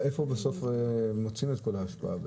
לאיפה בסוף מוציאים את כל האשפה?